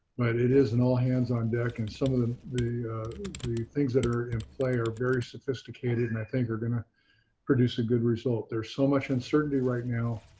but it is an all-hands-on-deck. and some of the the things that are in play are very sophisticated and, i think, are going to produce a good result. there's so much uncertainty right now.